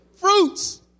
Fruits